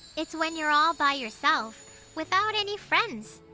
it's when you're all by yourself without any friends.